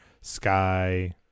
sky